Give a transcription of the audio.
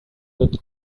that